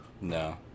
No